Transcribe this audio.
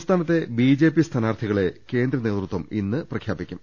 സംസ്ഥാനത്തെ ബിജെപി സ്ഥാനാർത്ഥികളെ കേന്ദ്ര നേതൃത്വം ഇന്ന് പ്രഖ്യാപിക്കും